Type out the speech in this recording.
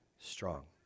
strong